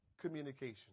communication